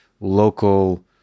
local